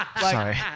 Sorry